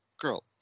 Girl